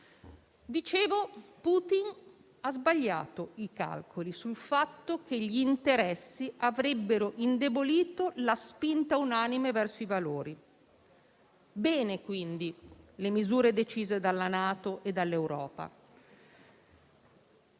ammirevole. Putin ha sbagliato i calcoli sul fatto che gli interessi avrebbero indebolito la spinta unanime verso i valori. Bene quindi le misure decise dalla NATO e dall'Europa;